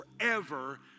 forever